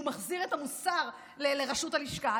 שהוא מחזיר את המוסר לרשות הלשכה,